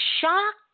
shocked